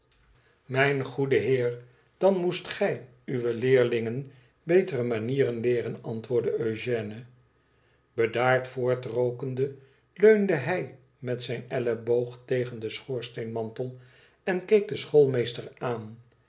imijn goede heer dan moestgij uwe leerlingen beter manieren leeren antwoordde eugène bedaard voortrookende leunde hij met zijn elleboog tegen den schoorsteenmantel en keek den schoolmeester aan